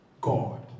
God